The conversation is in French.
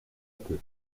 peu